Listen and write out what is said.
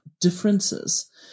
differences